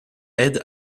aide